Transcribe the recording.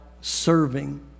serving